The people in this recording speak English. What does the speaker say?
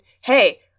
Hey